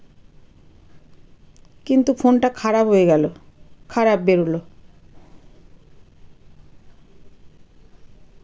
কিন্তু ফোনটা খারাপ হয়ে গেল খারাপ বেরোলো